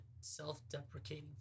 self-deprecating